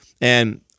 And-